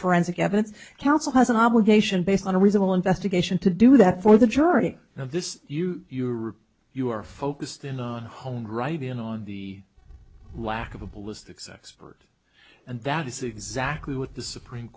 forensic evidence counsel has an obligation based on a reasonable investigation to do that for the jury this you you are you are focused in on her own right in on the lack of a ballistics expert and that is exactly what the supreme